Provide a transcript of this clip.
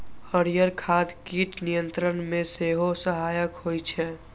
हरियर खाद कीट नियंत्रण मे सेहो सहायक होइ छै